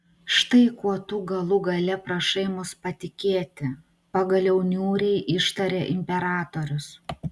štai kuo tu galų gale prašai mus patikėti pagaliau niūriai ištarė imperatorius